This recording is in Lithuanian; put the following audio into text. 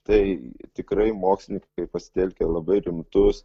tai tikrai mokslininkai pasitelkę labai rimtus